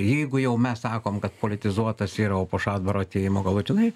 jeigu jau mes sakom kad politizuotas yra o po šadbaro atėjimo galutinai